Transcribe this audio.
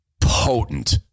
Potent